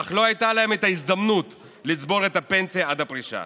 אך לא הייתה להם ההזדמנות לצבור את הפנסיה עד הפרישה.